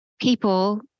people